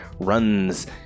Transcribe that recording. runs